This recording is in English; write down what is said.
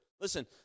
listen